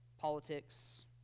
Politics